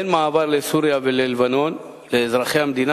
אין מעבר לסוריה וללבנון לאזרחי המדינה,